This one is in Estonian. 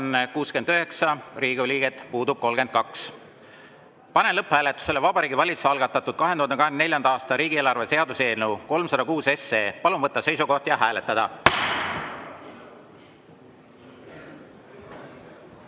Kohal on 69 Riigikogu liiget, puudub 32.Panen lõpphääletusele Vabariigi Valitsuse algatatud 2024. aasta riigieelarve seaduse eelnõu 306. Palun võtta seisukoht ja hääletada!